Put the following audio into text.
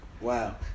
Wow